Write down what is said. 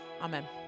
Amen